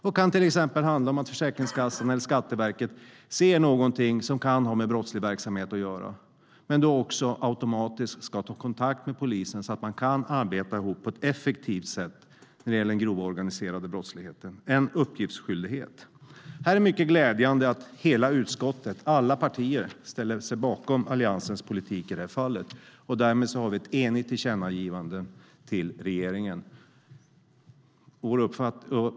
Det kan till exempel handla om att Försäkringskassan eller Skatteverket ser någonting som kan ha med brottslig verksamhet att göra och då automatiskt ska ta kontakt med polisen så att man kan arbeta ihop på ett effektivt sätt när det gäller den grova organiserade brottsligheten. Det är en uppgiftsskyldighet. Det är mycket glädjande att hela utskottet, alla partier, ställer sig bakom Alliansens politik i det fallet. Därmed har vi ett enigt tillkännagivande till regeringen.